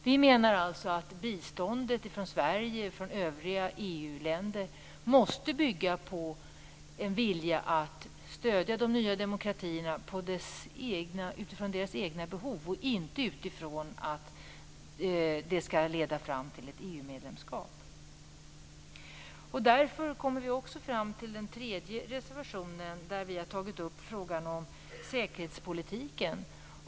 Vi menar att biståndet från Sverige och från övriga EU-länder måste bygga på en vilja att stödja de nya demokratierna utifrån deras egna behov, inte utifrån att det skall leda fram till ett EU-medlemskap. Vi kommer därmed fram till reservation nr 3, där vi har tagit upp frågan om säkerhetspolitiken.